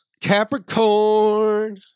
Capricorn